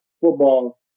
football